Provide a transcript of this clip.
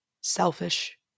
selfish